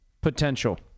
potential